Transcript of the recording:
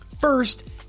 First